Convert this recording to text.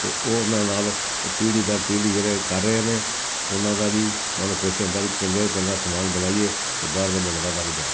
ਅਤੇ ਉਹਨਾਂ ਨਾਲ ਉਹ ਪੀੜ੍ਹੀ ਦਰ ਪੀੜ੍ਹੀ ਜਿਹੜੇ ਕਰ ਰਹੇ ਨੇ ਉਹਨਾਂ ਦਾ ਵੀ ਮਨ ਖੁਸ਼ ਹੁੰਦਾ ਵੀ ਚੰਗੇ ਤੋਂ ਚੰਗਾ ਸਮਾਨ ਬਣਾਈਏ ਅਤੇ ਬਾਹਰ ਦੇ ਮੁਲਕਾਂ ਤੱਕ ਜਾਵੇ